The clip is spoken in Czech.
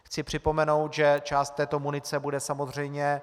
Chci připomenout, že část této munice bude samozřejmě...